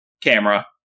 camera